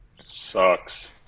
Sucks